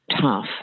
tough